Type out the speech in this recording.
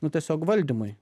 nu tiesiog valdymui